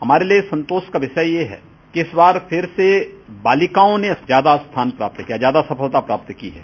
हमारे लिये संतोष का विषय यह है कि इस बार फिर से बालिकाओं ने ज्यादा स्थान प्राप्त किया ज्यादा सफलता प्राप्त की है